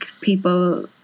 people